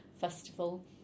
Festival